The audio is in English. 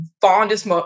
fondest